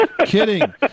Kidding